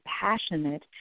passionate